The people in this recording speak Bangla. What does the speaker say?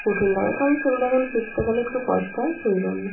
কঠিন লাগে কারণ সেগুলো এখন শিখতে গেলে একটু কষ্ট হয় সেই জন্য